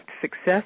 Success